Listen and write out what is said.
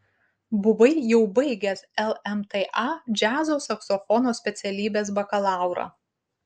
buvai jau baigęs lmta džiazo saksofono specialybės bakalaurą